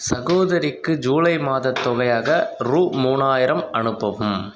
சகோதரிக்கு ஜூலை மாதத் தொகையாக ரூபா மூணாயிரம் அனுப்பவும்